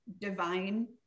divine